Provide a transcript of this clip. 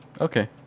Okay